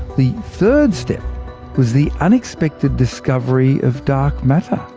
the third step was the unexpected discovery of dark matter.